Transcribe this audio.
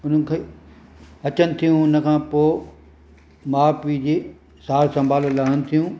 हुननि खे अचनि थियूं हुनखां पोइ माउ पीउ जी सार संभाल लहनि थियूं